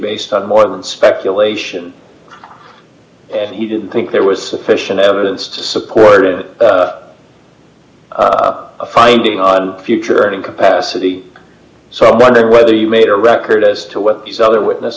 based on more than speculation and he didn't think there was sufficient evidence to support a finding on future earning capacity so i'm wondering whether you made a record as to what these other witness